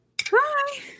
Hi